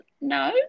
no